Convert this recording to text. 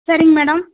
சரிங்க மேடம்